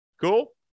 Cool